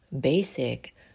basic